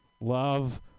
love